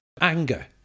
anger